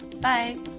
Bye